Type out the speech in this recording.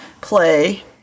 play